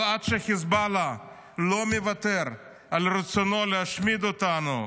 אבל עד שחיזבאללה לא מוותר על רצונו להשמיד אותנו,